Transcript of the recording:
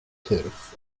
cyrff